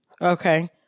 Okay